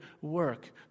work